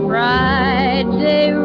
Friday